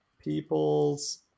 people's